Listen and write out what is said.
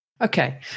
Okay